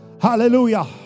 Hallelujah